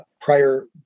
prior